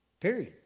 period